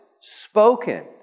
spoken